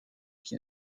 qui